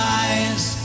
eyes